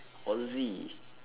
aussie